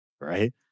right